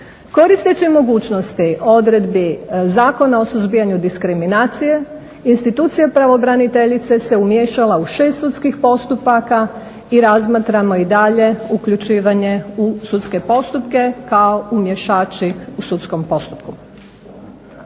Koristeći mogućnosti odredbi Zakona o suzbijanju diskriminacije institucija pravobraniteljice se umiješala u 6 sudskih postupaka i razmatramo i dalje uključivanje u sudske postupke kao umješači u sudskom postupku.